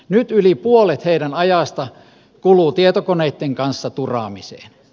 nyt yli puolet heidän ajastaan kuluu tietokoneitten kanssa turaamiseen